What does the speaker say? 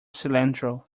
cilantro